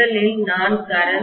முதலில் நான் கரண்ட் 0